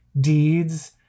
Deeds